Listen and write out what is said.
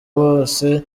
bose